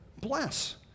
bless